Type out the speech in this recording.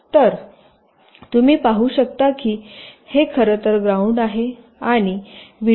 तरतुम्ही पाहु शकता की हे खरं तर ग्राउंड आहे आणि व्ही